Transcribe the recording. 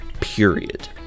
Period